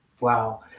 Wow